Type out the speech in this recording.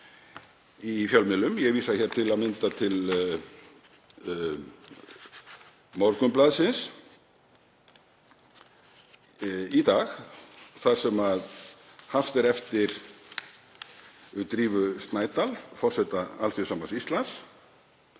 í fjölmiðlum, ég vísa hér til að mynda til Morgunblaðsins í dag þar sem haft er eftir Drífu Snædal, forseta Alþýðusambands Íslands,